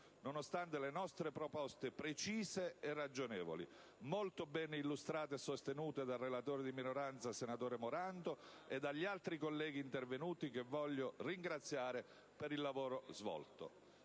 nonostante le nostre proposte precise e ragionevoli, molto ben illustrate e sostenute dal relatore di minoranza, senatore Morando, e dagli altri colleghi intervenuti, che voglio ringraziare per il lavoro svolto.